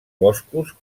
boscos